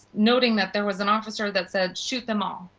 noting that there was an officer that said, shoot them all.